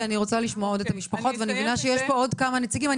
כי אני רוצה לשמוע עוד את המשפחות ואני מבינה שיש פה עוד כמה נציגים.